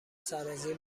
سرازیر